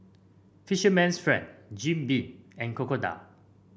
Fisherman's Friend Jim Beam and Crocodile